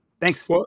Thanks